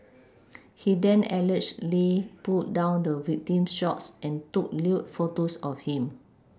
he then allegedly pulled down the victim's shorts and took lewd photos of him